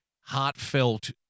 heartfelt